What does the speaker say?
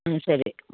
సరే అయితే